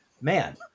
man